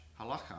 halacha